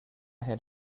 had